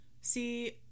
See